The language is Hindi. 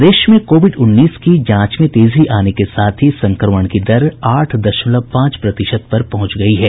प्रदेश में कोविड उन्नीस की जांच में तेजी आने के साथ ही संक्रमण की दर आठ दशमलव पांच प्रतिशत पर पहुंच गयी है